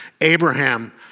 Abraham